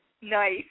Nice